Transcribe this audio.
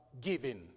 giving